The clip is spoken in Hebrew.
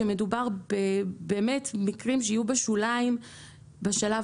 מדובר באמת במקרים שיהיו בשוליים בשלב